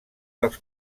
dels